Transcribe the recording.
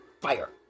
Fire